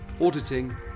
auditing